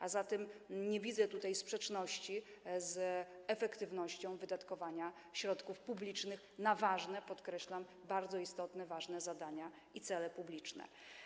A zatem nie widzę tutaj sprzeczności z efektywnością wydatkowania środków publicznych na ważne, podkreślam: bardzo istotne i ważne, zadania i cele publiczne.